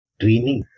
training